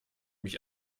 mich